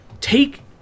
Take